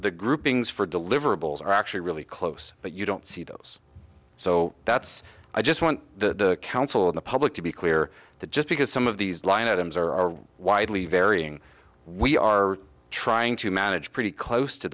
the groupings for deliverables are actually really close but you don't see those so that's i just want the counsel of the public to be clear that just because some of these line items are widely varying we are trying to manage pretty close to